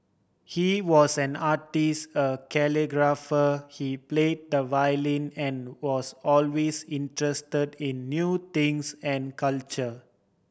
he was an artist a calligrapher he play the violin and was always interested in new things and culture